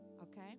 okay